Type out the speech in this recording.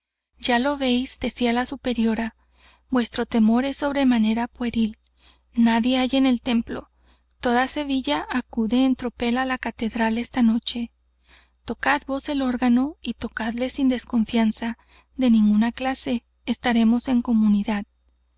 ya lo véis decía la superiora vuestro temor es sobremanera pueril nadie hay en el templo toda sevilla acude en tropel á la catedral esta noche tocad vos el órgano y tocadle sin desconfianza de ninguna clase estaremos en comunidad